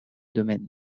domaines